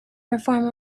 perform